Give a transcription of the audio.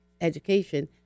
education